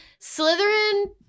Slytherin